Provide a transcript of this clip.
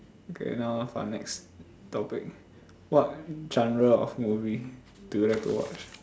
okay now for the next topic what genre of movie do you like to watch